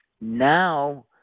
now